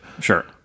Sure